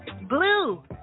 blue